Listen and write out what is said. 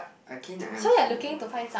I think I also no